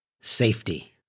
safety